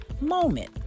moment